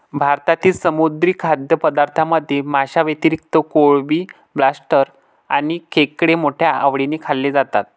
भारतातील समुद्री खाद्यपदार्थांमध्ये माशांव्यतिरिक्त कोळंबी, लॉबस्टर आणि खेकडे मोठ्या आवडीने खाल्ले जातात